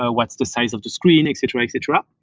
ah what's the size of the screen, etc, etc.